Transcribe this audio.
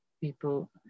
people